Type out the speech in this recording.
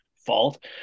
fault